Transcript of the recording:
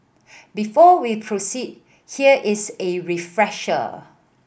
before we proceed here is a refresher